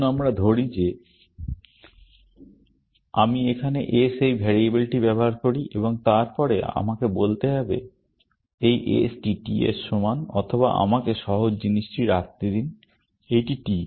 আসুন আমরা ধরি যে আমি এখানে s এই ভেরিয়েবলটি ব্যবহার করি এবং তারপরে আমাকে বলতে হবে এই s টি t এর সমান অথবা আমাকে সহজ জিনিসটি রাখতে দিন এইটি t